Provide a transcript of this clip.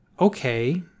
Okay